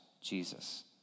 Jesus